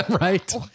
Right